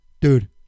dude